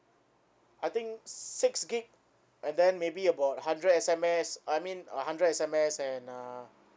I think six gig and then maybe about hundred S_M_S I mean a hundred S_M_S and uh